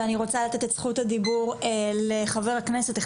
ואני רוצה לתת את זכות הדיבור לחבר הכנסת עלי סלאלחה,